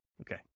Okay